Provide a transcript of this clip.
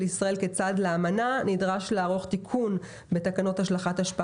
ישראל כצד לאמנה נדרש לערוך תיקון בתקנות השלכת אשפה